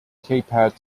keypad